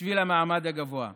בשביל המעמד הגבוה,